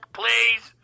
please